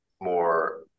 more